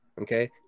Okay